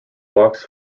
box